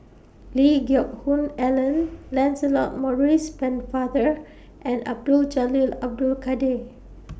Lee Geck Hoon Ellen Lancelot Maurice Pennefather and Abdul Jalil Abdul Kadir